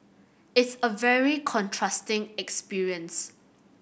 it's a very contrasting experience